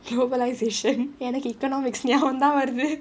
globalisation எனக்கு:enakku economics ஞாபகம் தான் வருது:nyabagam dhaan varuthu